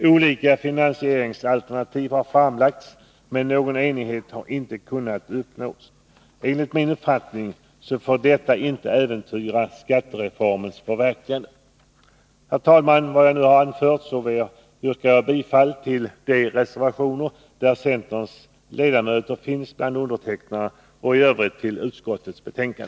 Olika finansieringsalternativ har framlagts, men någon enighet har inte kunnat uppnås. Enligt min uppfattning får detta inte äventyra skattereformens förverkligande. Fru talman! Med vad jag nu har anfört yrkar jag bifall till de reservationer där centerns ledamöter finns bland undertecknarna och i övrigt bifall till utskottets hemställan.